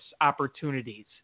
opportunities